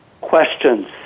questions